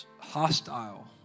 hostile